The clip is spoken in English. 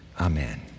Amen